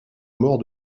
mort